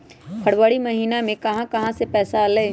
फरवरी महिना मे कहा कहा से पैसा आएल?